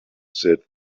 said